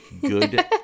good